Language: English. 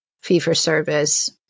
fee-for-service